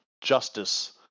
justice